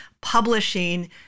publishing